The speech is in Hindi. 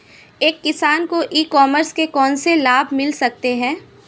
एक किसान को ई कॉमर्स के कौनसे लाभ मिल सकते हैं?